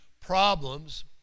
problems